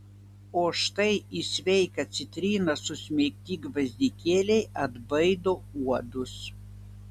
o štai į sveiką citriną susmeigti gvazdikėliai atbaido uodus